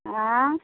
आँए